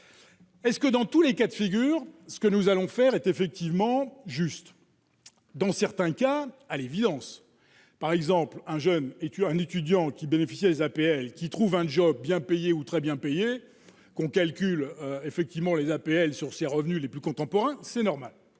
Ce que, dans tous les cas de figure, ce que nous allons faire est effectivement juste dans certains cas, à l'évidence, par exemple, un jeune et tu un étudiant qui bénéficient des APL qui trouve un job bien payé ou très bien payés qu'on calcule, effectivement les APL sur ses revenus les plus contemporains, c'est normal